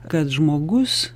kad žmogus